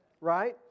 Right